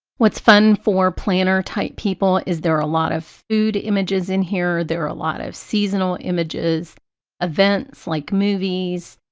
what's fun for planner type people is there are a lot of food images in here, there are a lot of seasonal images events like movies,